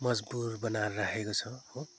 मजबुर बनाएर राखेको छ हो